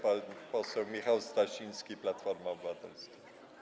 Pan poseł Michał Stasiński, Platforma Obywatelska.